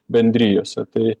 bendrijose tai